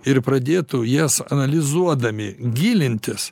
ir pradėtų jas analizuodami gilintis